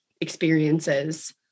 experiences